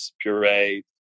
puree